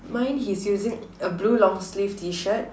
mine he's using a blue long sleeve T-shirt